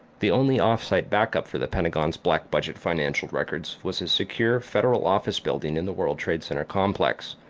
the only off-site back-up for the pentagon's black budget financial records was a secure federal office building in the world trade center complex.